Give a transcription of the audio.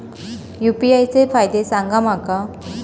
UPI चे फायदे सांगा माका?